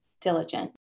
diligent